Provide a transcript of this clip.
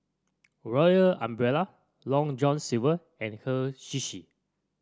Royal Umbrella Long John Silver and Hei Sushi